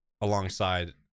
alongside